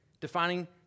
defining